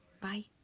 Bye